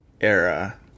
era